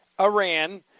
Iran